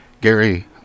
Gary